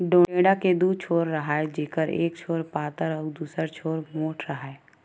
टेंड़ा के दू छोर राहय जेखर एक छोर पातर अउ दूसर छोर मोंठ राहय